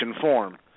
form